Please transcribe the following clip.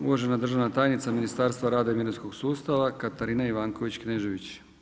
Uvažena državna tajnica Ministarstva rada i mirovinskog sustava Katarina Ivanković Knežević.